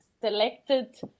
selected